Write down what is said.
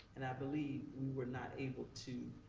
and i believe we were not able to,